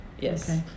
yes